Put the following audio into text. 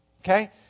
Okay